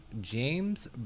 James